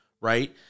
right